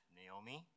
Naomi